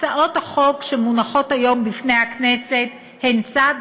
הצעות החוק שמונחות היום בפני הכנסת הן צעד